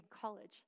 college